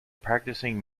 practicing